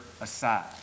aside